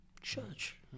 church